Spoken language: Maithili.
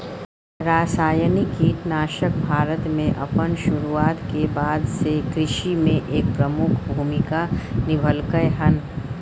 रासायनिक कीटनाशक भारत में अपन शुरुआत के बाद से कृषि में एक प्रमुख भूमिका निभलकय हन